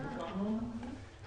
ישלמו ביטוח לאומי על העסק.